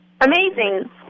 Amazing